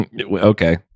okay